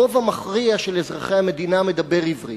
הרוב המכריע של אזרחי המדינה מדברים עברית.